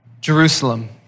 Jerusalem